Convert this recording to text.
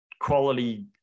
Quality